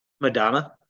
Madonna